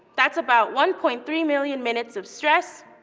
that's about one point three million minutes of stress,